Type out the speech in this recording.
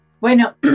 Bueno